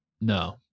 no